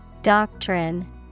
Doctrine